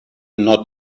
not